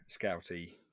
scouty